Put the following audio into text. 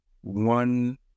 One